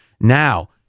Now